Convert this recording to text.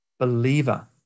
Believer